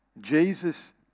Jesus